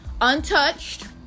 untouched